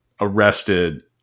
arrested